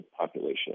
population